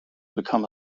become